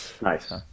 Nice